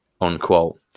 unquote